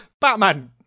Batman